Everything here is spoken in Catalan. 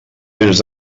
vens